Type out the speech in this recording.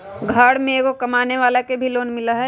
घर में एगो कमानेवाला के भी लोन मिलहई?